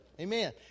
Amen